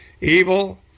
Evil